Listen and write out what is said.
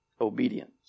Obedience